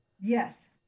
Yes